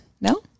No